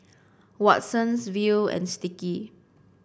Watsons Viu and Sticky